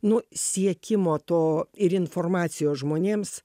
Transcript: nu siekimo to ir informacijos žmonėms